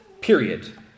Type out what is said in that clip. period